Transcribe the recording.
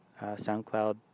soundcloud